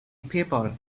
people